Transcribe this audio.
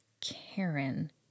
Karen